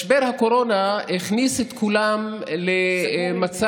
משבר הקורונה הכניס את כולם למצב